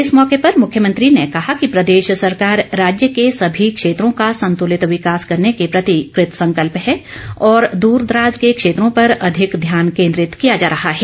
इस मौके पर मुख्यमंत्री ने कहा कि प्रदेश सरकार राज्य के सभी क्षेत्रों का संतुलित विकास करने के प्रति कृतसंकल्प है और दूरदराज के क्षेत्रों पर अधिक ध्यान केन्द्रित किया जा रहा है